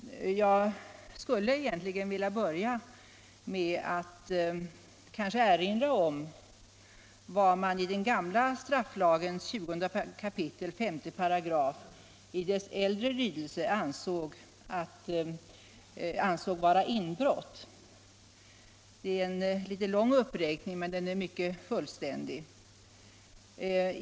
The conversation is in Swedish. Jag skulle vilja börja med att erinra om vad man i den gamla strafflagens 20 kap. 5§ i dess äldre lydelse ansåg vara inbrott. Det är en ganska lång uppräkning, men den är mycket fullständig.